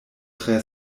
tre